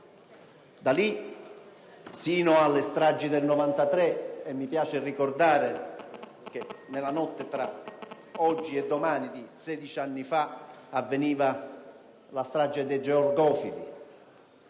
Da lì sino alle stragi del 1993. E mi piace ricordare che nella notte tra oggi e domani di 16 anni fa avveniva la strage di via dei Georgofili.